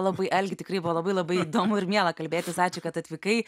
labai algi tikrai buvo labai labai įdomu ir miela kalbėtis ačiū kad atvykai